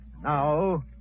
Now